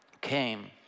came